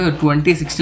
2016